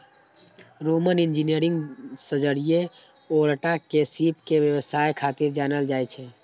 Roman engineer Sergius Orata के सीप के व्यवसाय खातिर जानल जाइ छै